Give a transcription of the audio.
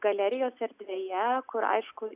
galerijos erdvėje kur aišku